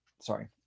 Sorry